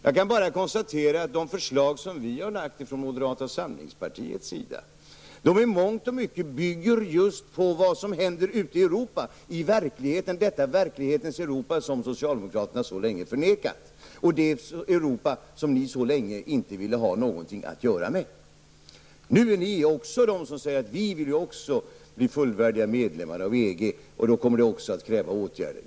Jag kan bara konstatera att de förslag som vi från moderata samlingspartiets sida lagt fram i mångt och mycket bygger på just vad som händer ute i Europa, i detta verklighetens Europa som socialdemokraterna så länge förnekat och det Europa som ni så länge inte ville ha någonting att göra med. Nu säger ni också att vi skall bli fullvärdiga medlemmar av EG och att det då kommer att kräva åtgärder.